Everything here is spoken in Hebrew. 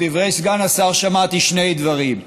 בדברי סגן השר שמעתי שני דברים: